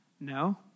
No